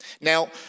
Now